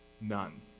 None